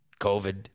COVID